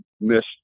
missed